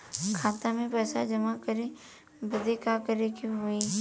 खाता मे पैसा जमा करे बदे का करे के होई?